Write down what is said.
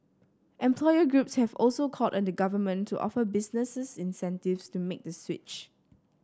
employer groups have also called on the Government to offer businesses incentives to make the switch